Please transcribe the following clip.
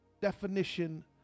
definition